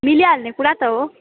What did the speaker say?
मिली हाल्ने कुरा त हो